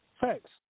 Thanks